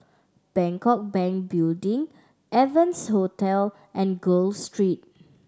Bangkok Bank Building Evans Hostel and Gul Street